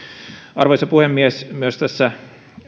arvoisa puhemies tässä